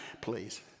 please